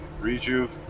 Rejuve